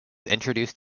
introduced